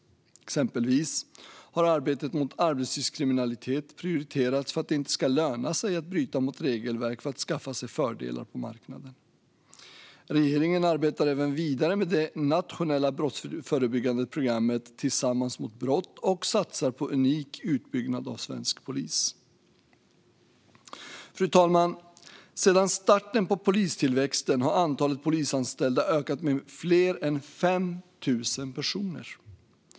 Exempelvis har arbetet mot arbetslivskriminalitet prioriterats för att det inte ska löna sig att bryta mot regelverk för att skaffa sig fördelar på marknaden. Regeringen arbetar även vidare med det nationella brottsförebyggande programmet Tillsammans mot brott och satsar på en unik utbyggnad av svensk polis. Fru talman! Sedan starten på polistillväxten har antalet polisanställda ökat med fler än 5 000 personer.